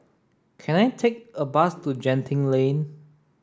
can I take a bus to Genting Lane